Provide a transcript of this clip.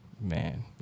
man